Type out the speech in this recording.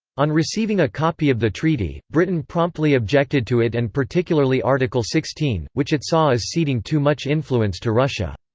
on receiving a copy of the treaty, britain promptly objected to it and particularly article sixteen, which it saw as ceding too much influence to russia.